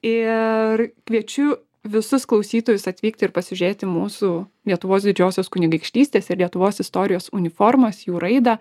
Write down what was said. ir kviečiu visus klausytojus atvykti ir pasižiūrėti mūsų lietuvos didžiosios kunigaikštystės ir lietuvos istorijos uniformas jų raidą